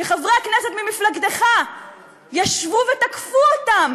שחברי כנסת ממפלגתך ישבו ותקפו אותם